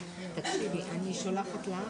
נעולה.